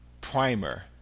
primer